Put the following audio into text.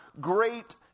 great